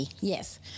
yes